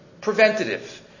Preventative